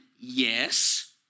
Yes